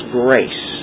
grace